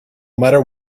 matter